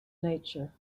nature